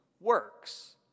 works